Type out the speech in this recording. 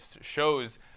shows